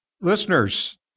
Listeners